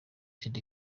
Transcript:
eddy